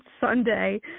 Sunday